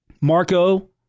Marco